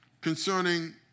concerning